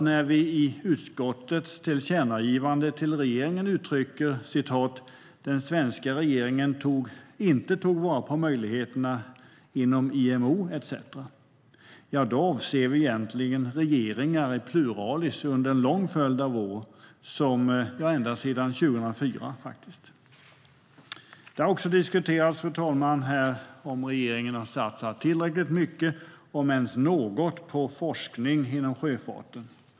När vi i utskottets tillkännagivande till regeringen uttrycker att "den svenska regeringen inte tog vara på möjligheterna inom IMO" etcetera avser vi egentligen regeringar i pluralis under en lång följd av år, ja, ända sedan 2004 faktiskt. Fru talman! Det har också diskuterats om regeringen har satsat tillräckligt mycket, om ens något, på forskning inom sjöfarten.